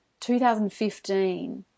2015